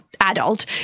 adult